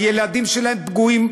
הילדים שלהן פגועים,